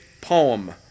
poem